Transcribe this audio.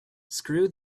screw